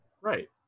Right